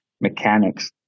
mechanics